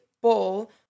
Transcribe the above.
ball